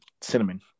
cinnamon